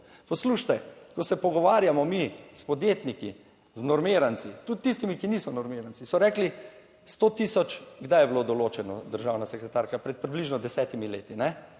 Poslušajte, ko se pogovarjamo mi s podjetniki, z normiranci, tudi tistimi, ki niso normiranci, so rekli 100 tisoč, kdaj je bilo določeno, državna sekretarka, **101. TRAK: (NB)